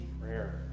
prayer